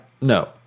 No